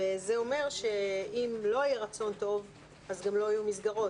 זה אומר שאם לא יהיה רצון טוב אז גם לא יהיו מסגרות,